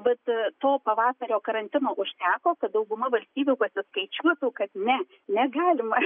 vat to pavasario karantino užteko kad dauguma valstybių pasiskaičiuotų kad ne negalima